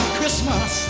Christmas